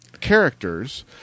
characters